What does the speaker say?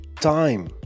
time